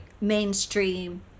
mainstream